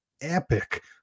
epic